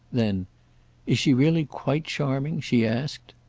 then is she really quite charming? she asked.